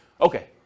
Okay